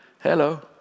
Hello